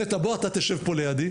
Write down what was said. נטע בוא אתה תשב פה לידי.